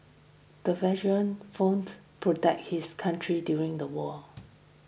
the veteran fought protect his country during the war